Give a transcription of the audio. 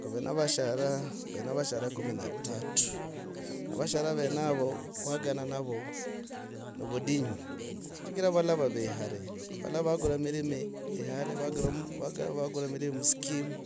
Kuve na vashara, kuve va vashara kumi na tatu a vashora venavo kwagana navo novudinyu. Chigira valala vave hale, valala vakura mirimi hale, vagula, vagula mirimi mu scheme